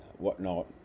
whatnot